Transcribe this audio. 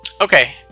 Okay